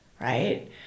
right